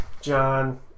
John